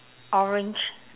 orange